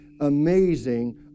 amazing